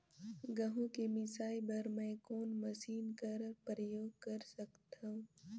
गहूं के मिसाई बर मै कोन मशीन कर प्रयोग कर सकधव?